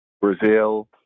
brazil